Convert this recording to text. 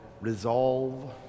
resolve